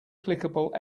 clickable